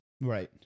Right